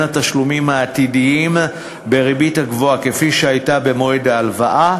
התשלומים העתידיים בריבת הגבוהה כפי שהייתה במועד ההלוואה